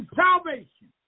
salvation